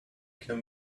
can